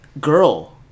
girl